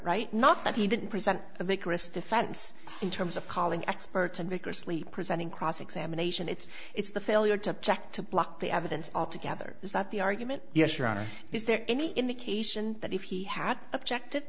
right not that he didn't present they chris defense in terms of calling experts and vigorously presenting cross examination it's it's the failure to object to block the evidence altogether is that the argument yes your honor is there any indication that if he had objected